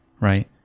right